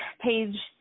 page